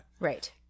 Right